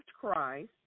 Christ